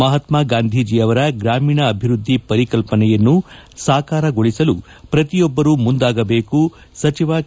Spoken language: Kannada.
ಮಹಾತ್ಮಾ ಗಾಂಧೀಜಿಯವರ ಗ್ರಾಮೀಣ ಅಭಿವೃದ್ದಿ ಪರಿಕಲ್ಪನೆಯನ್ನು ಸಾಕಾರಗೊಳಿಸಲು ಪ್ರತಿಯೊಬ್ಬರು ಮುಂದಾಗಬೇಕು ಸಚಿವ ಕೆ